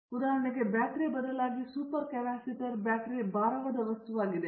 ಉದಾಹರಣೆಗೆ ಬ್ಯಾಟರಿಯ ಬದಲಾಗಿ ಸೂಪರ್ ಕೆಪಾಸಿಟರ್ ಬ್ಯಾಟರಿ ಭಾರವಾದ ವಸ್ತುವಾಗಿದೆ